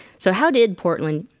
so how did portland?